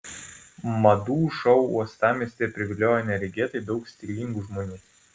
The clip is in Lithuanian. madų šou uostamiestyje priviliojo neregėtai daug stilingų žmonių